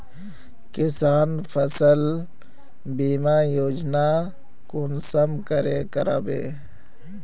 किसान फसल बीमा योजना कुंसम करे करबे?